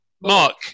Mark